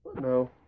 no